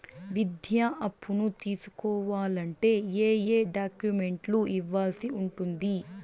విద్యా అప్పును తీసుకోవాలంటే ఏ ఏ డాక్యుమెంట్లు ఇవ్వాల్సి ఉంటుంది